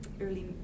early